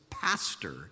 pastor